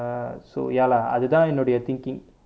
uh so ya lah அதுதான் என்னோடைய:athuthaan ennodaiya thinking